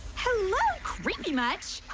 hello pretty much,